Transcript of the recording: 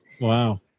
Wow